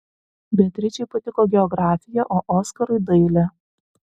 beatričei patiko geografija o oskarui dailė